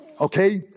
Okay